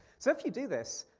so if you do this,